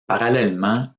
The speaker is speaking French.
parallèlement